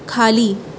खाली